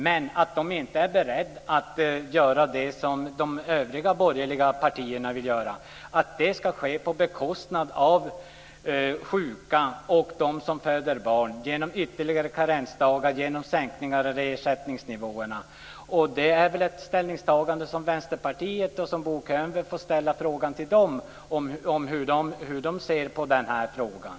Men det är inte berett att göra det som övriga borgerliga partier vill göra, nämligen att det ska ske på bekostnad av sjuka och de som föder barn genom ytterligare karensdagar och genom sänkningar i ersättningsnivåerna. Det är ett ställningstagande som Vänsterpartiet gör. Bo Könberg får ställa frågan till vänsterpartisterna om hur de ser på frågan.